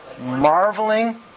Marveling